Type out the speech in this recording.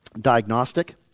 diagnostic